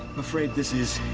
afraid this is.